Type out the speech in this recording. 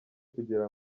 kugira